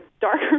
darker